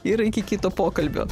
ir iki kito pokalbio